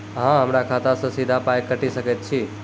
अहॉ हमरा खाता सअ सीधा पाय काटि सकैत छी?